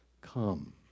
come